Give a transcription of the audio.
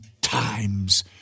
times